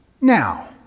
now